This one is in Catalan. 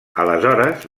aleshores